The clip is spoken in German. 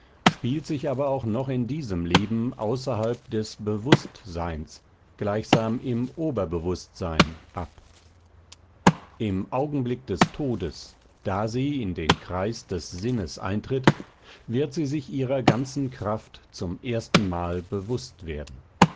spielt sich aber auch noch in diesem leben außerhalb des bewußt seins gleichsam im oberbewußtsein ab im augenblick des todes da sie in den kreis des sinnes eintritt wird sie sich ihrer ganzen kraft zum erstenmal bewußt werden